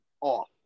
off